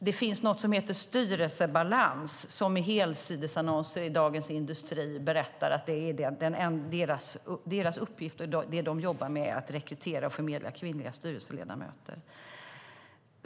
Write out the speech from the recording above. Det finns något som heter Styrelsebalans, som i helsidesannonser i Dagens Industri berättar att deras uppgift och det de jobbar med är att rekrytera och förmedla kvinnliga styrelseledamöter.